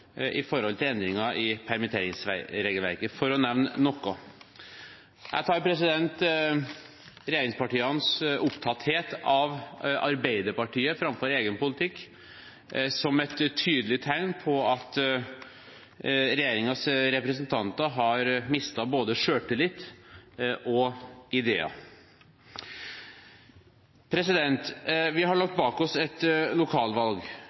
endringer i permitteringsregelverket – for å nevne noe. Jeg tar regjeringspartienes opptatthet av Arbeiderpartiet framfor egen politikk som et tydelig tegn på at regjeringens representanter har mistet både selvtillit og ideer. Vi har lagt bak oss et lokalvalg.